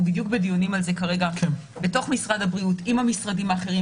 אנחנו בדיוק בדיונים על זה כרגע בתוך משרד הבריאות עם המשרדים האחרים